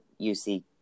UC